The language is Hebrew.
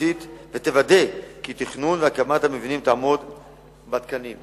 ובטיחותית ויוודא כי תכנון והקמת המבנים יעמדו בתקנים.